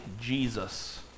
Jesus